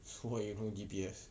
so what you know D_B_S